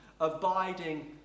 abiding